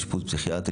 אשפוז פסיכיאטרי,